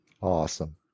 Awesome